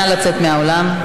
נא לצאת מהאולם.